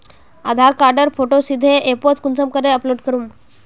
आधार कार्डेर फोटो सीधे ऐपोत कुंसम करे अपलोड करूम?